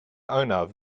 arnav